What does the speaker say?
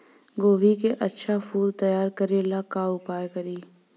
गोभी के अच्छा फूल तैयार करे ला का उपाय करी?